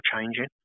changing